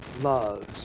loves